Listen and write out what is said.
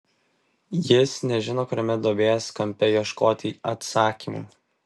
jis nežino kuriame duobės kampe ieškoti atsakymų